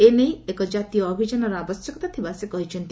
ଏ ନେଇ ଏକ ଜାତୀୟ ଅଭିଯାନର ଆବଶ୍ୟକତା ଥିବା ସେ କହିଛନ୍ତି